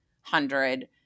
hundred